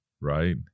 right